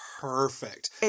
perfect